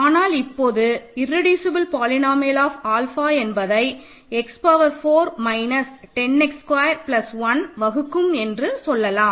ஆனால் இப்போது irreducible polynomial of alpha என்பதை x power 4 minus 10 x square plus 1 வகுக்கும் என்றும் சொல்லலாம்